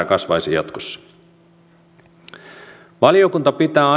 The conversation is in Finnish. kasvaisi jatkossa valiokunta pitää